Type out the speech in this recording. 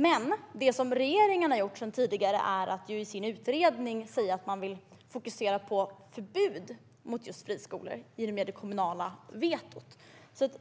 Men det regeringen har gjort tidigare är att i sin utredning säga att man vill fokusera på förbud mot just friskolor, i och med det kommunala vetot.